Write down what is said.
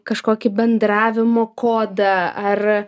kažkokį bendravimo kodą ar